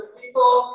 people